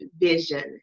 vision